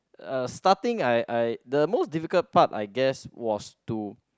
uh starting I I the most difficult part I guess was to